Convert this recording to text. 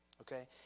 okay